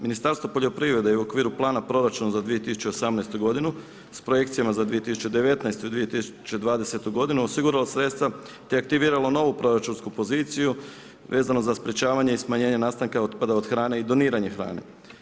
Ministarstvo poljoprivrede je u okviru plana proračuna za 2018. godinu s projekcijama za 2019. i 2020. godinu osigurala sredstva te aktivirala novu proračunsku poziciju vezano za sprečavanje i smanjenje nastanka otpada od hrane i doniranje hrane.